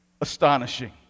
astonishing